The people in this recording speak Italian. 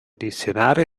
dizionario